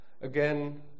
again